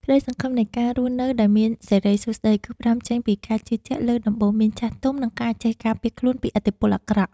ក្តីសង្ឃឹមនៃការរស់នៅដោយមានសិរីសួស្តី គឺផ្តើមចេញពីការជឿជាក់លើដំបូន្មានចាស់ទុំ និងការចេះការពារខ្លួនពីឥទ្ធិពលអាក្រក់។